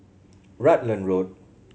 Rutland Road